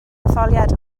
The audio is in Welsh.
etholiad